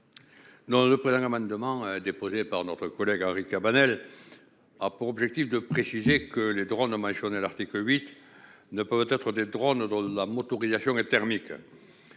Le présent amendement, déposé par notre collègue Henri Cabanel, a pour objet de préciser que les drones mentionnés à l'article 8 ne peuvent être des drones dont la motorisation est thermique.